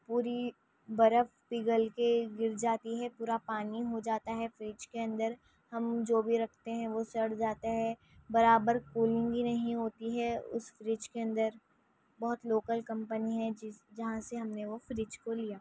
پوری برف پگھل کے گر جاتی ہے پورا پانی ہو جاتا ہے فریج کے اندر ہم جو بھی رکھتے وہ سڑ جاتا ہے برابر کولنگ بھی نہیں ہوتی ہے اس فریج کے اندر بہت لوکل کمپنی ہے جس جہاں سے ہم نے وہ فریج کو لیا